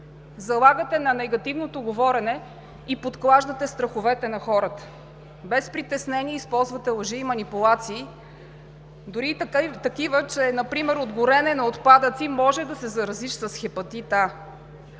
Залагате на негативното говорене и подклаждате страховете на хората. Без притеснение използвате лъжи и манипулации, дори и такива, че например от горене на отпадъци може да се заразиш с хепатит